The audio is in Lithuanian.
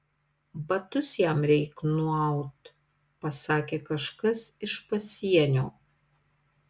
batus jam reik nuaut pasakė kažkas iš pasienio